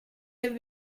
have